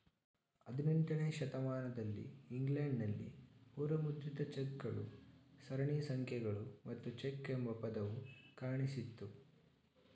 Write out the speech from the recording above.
ಹದಿನೆಂಟನೇ ಶತಮಾನದಲ್ಲಿ ಇಂಗ್ಲೆಂಡ್ ನಲ್ಲಿ ಪೂರ್ವ ಮುದ್ರಿತ ಚೆಕ್ ಗಳು ಸರಣಿ ಸಂಖ್ಯೆಗಳು ಮತ್ತು ಚೆಕ್ ಎಂಬ ಪದವು ಕಾಣಿಸಿತ್ತು